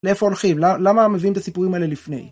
לאיפה הולכים? למה מביאים את הסיפורים האלה לפני?